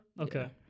Okay